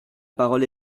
parole